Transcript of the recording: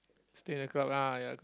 stay in the crowd ah ya